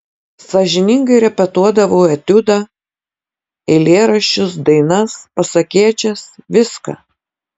sąžiningai repetuodavau etiudą eilėraščius dainas pasakėčias viską